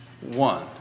one